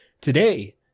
Today